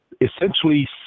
Essentially